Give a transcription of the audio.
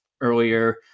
earlier